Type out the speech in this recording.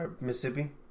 Mississippi